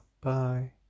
Bye